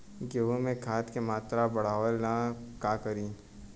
गेहूं में खाद के मात्रा बढ़ावेला का करी?